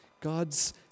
God's